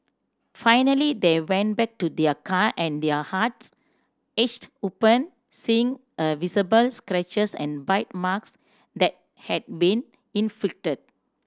finally they went back to their car and their hearts ached open seeing the visible scratches and bite marks that had been inflicted